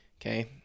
Okay